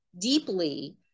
deeply